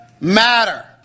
matter